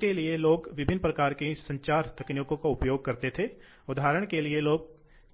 हो सकता जबकि अन्य अधिक जटिल तकनीक को शामिल कर सकते हैं लेकिन संभवतः अधिक ऊर्जा की बचत होगी